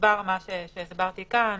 הוסבר מה שהסברתי כאן.